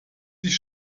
sich